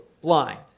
blind